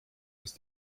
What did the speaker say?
ist